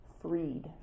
freed